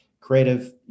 creative